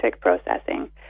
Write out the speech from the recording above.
processing